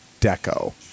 Deco